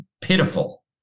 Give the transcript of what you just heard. pitiful